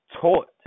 taught